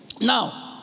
Now